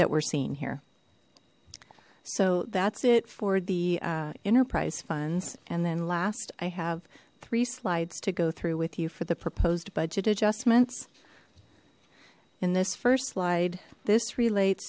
that we're seeing here so that's it for the enterprise funds and then last i have three slides to go through with you for the proposed budget adjustments in this first slide this relates